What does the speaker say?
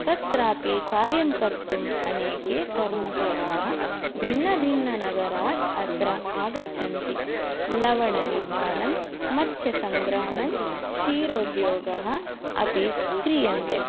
तत्रापि कार्यं कर्तुम् अनेके कर्मकराः भिन्नभिन्ननगरात् अत्र आगच्छन्ति लवणनिर्माणं मत्स्यसङ्ग्रहणं क्षीरोद्योगः अपि क्रियन्ते